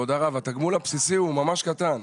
כבוד הרב, התגמול הבסיסי הוא ממש קטן.